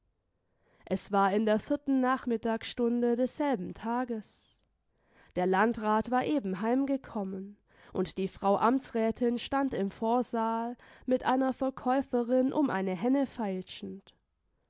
es war in der vierten nachmittagsstunde desselben tages der landrat war eben heimgekommen und die frau amtsrätin stand im vorsaal mit einer verkäuferin um eine henne feilschend